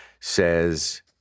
says